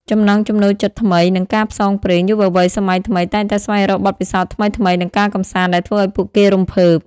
ចំណង់ចំណូលចិត្តថ្មី និងការផ្សងព្រេង យុវវ័យសម័យថ្មីតែងតែស្វែងរកបទពិសោធន៍ថ្មីៗ និងការកម្សាន្តដែលធ្វើឱ្យពួកគេរំភើប។